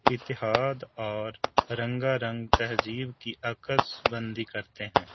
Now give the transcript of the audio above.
اتحاد اور رنگا رنگ تہذیب کی عکس بندی کرتے ہیں